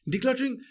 Decluttering